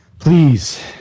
Please